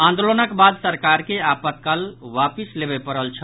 आंदोलनक बाद सरकार के आपातकाल वापिस लेवय पड़ल छल